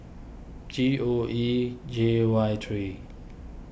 G O E J Y three